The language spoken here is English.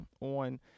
on